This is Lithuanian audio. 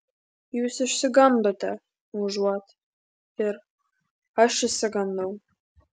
jūs išsigandote užuot ir aš išsigandau